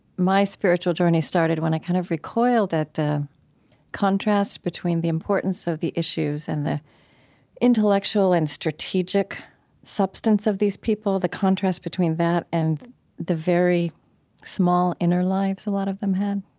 my spiritual journey started when i kind of recoiled at the contrast between the importance of the issues and the intellectual and strategic substance of these people, the contrast between that and the very small inner lives a lot of them had.